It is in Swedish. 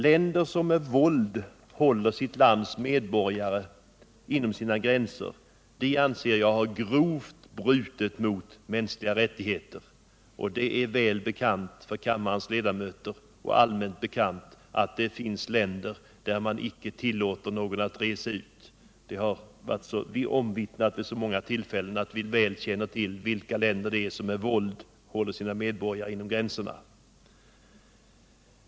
Länder som med våld håller sitt lands medborgare inom sina gränser har grovt brutit mot mänskliga rättigheter. Det är väl känt för kammarens ledamöter och allmänt bekant att det finns länder som inte tillåter någon medborgare att resa ut. Det har omvittnats vid så många tillfällen att vi väl känner till vilka länder som med våld håller sina medborgare inom sina gränser.